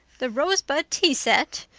the rosebud tea set!